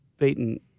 beaten